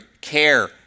care